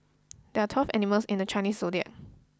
there are twelve animals in the Chinese zodiac